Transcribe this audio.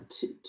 two